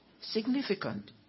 Significant